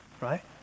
right